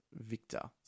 Victor